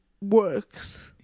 works